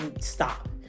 stop